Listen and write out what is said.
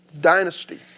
dynasty